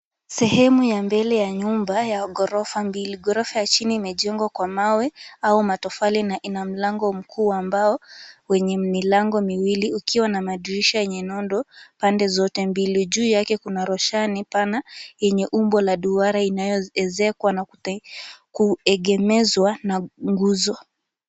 Sehemu ya mbele ya nyumba ya ghorofa mbili. Ghorofa ya chini imejengwa kwa mawe au matofali na ina mlango mkuu ambao wenye milango miwili ikiwa na madirisha yenye nondo pande zote mbili. Juu yake kuna roshana pana yenye umbo ya duara inayoezekwa na kuegemezwa na nguzo.